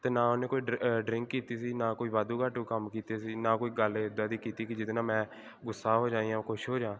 ਅਤੇ ਨਾ ਉਹਨੇ ਕੋਈ ਡ ਡਰਿੰਕ ਕੀਤੀ ਸੀ ਨਾ ਕੋਈ ਵਾਧੂ ਘਾਟੂ ਕੰਮ ਕੀਤੇ ਸੀ ਨਾ ਕੋਈ ਗੱਲ ਇੱਦਾਂ ਦੀ ਕੀਤੀ ਕਿ ਜਿਹਦੇ ਨਾਲ ਮੈਂ ਗੁੱਸਾ ਹੋ ਜਾਵਾਂ ਜਾਂ ਕੁਛ ਹੋ ਜਾਵਾਂ